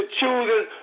choosing